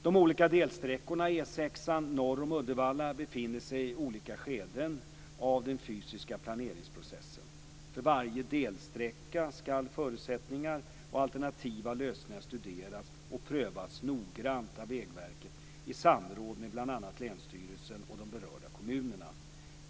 De olika delsträckorna av E 6:an norr om Uddevalla befinner sig i olika skeden av den fysiska planeringsprocessen. För varje delsträcka skall förutsättningar och alternativa lösningar studeras och prövas noggrant av Vägverket i samråd med bl.a. länsstyrelsen och de berörda kommunerna.